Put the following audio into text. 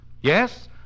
Yes